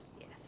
Yes